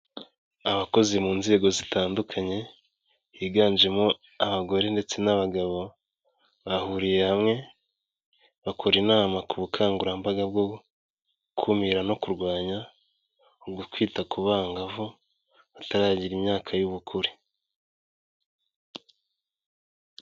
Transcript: Abakozi mu nzego zitandukanye, higanjemo abagore ndetse n'abagabo, bahuriye hamwe bakora inama ku bukangurambaga bwo gukumira no kurwanya ugutwita ku bangavu, bataragira imyaka y'ubukure.